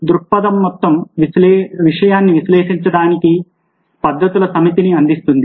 దృక్పథం మొత్తం విషయాన్ని విశ్లేషించడానికి పద్ధతుల సమితిని అందిస్తుంది